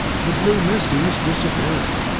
the blue mistiness disappearing,